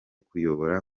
kubayobora